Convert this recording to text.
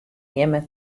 jimme